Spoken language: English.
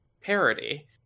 parody